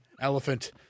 Elephant